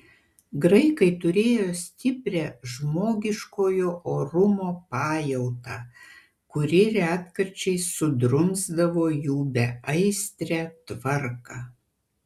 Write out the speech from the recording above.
graikai turėjo stiprią žmogiškojo orumo pajautą kuri retkarčiais sudrumsdavo jų beaistrę tvarką